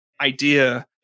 idea